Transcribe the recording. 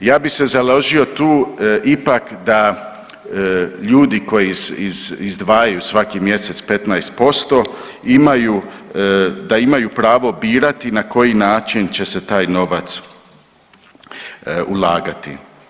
Ja bi se založio tu ipak da ljudi koji izdvajaju svaki mjesec 15% da imaju pravo birati na koji način će se taj novac ulagati.